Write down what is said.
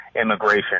immigration